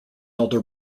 elder